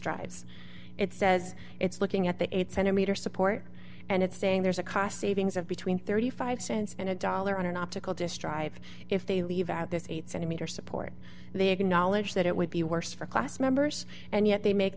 distress it says it's looking at the eight dollars centimeter support and it's saying there's a cost savings of between zero dollars thirty five cents and a dollar on an optical to strive if they leave out this eight centimeter support they acknowledge that it would be worse for class members and yet they make